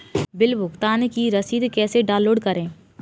Bill भुगतान की रसीद कैसे डाउनलोड करें?